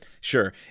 sure